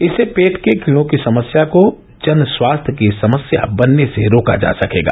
इससे पेट के कीड़ो की समस्या को जन स्वास्थ्य की समस्या बनने से रोका जा सकेगा